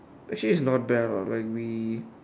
actually it's not bad lah like we